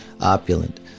opulent